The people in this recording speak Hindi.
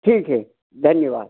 ठीक है धन्यवाद